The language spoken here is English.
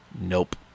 Nope